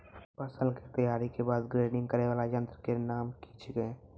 फसल के तैयारी के बाद ग्रेडिंग करै वाला यंत्र के नाम की छेकै?